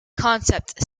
concept